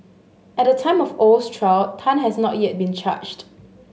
at the time of Oh's trial Tan had not yet been charged